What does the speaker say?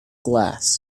glass